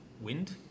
wind